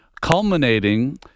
culminating